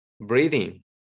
Breathing